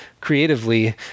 creatively